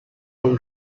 own